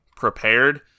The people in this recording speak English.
prepared